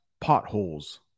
potholes